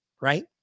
right